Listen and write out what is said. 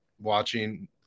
watching